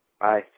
Bye